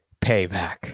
payback